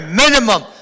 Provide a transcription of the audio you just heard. minimum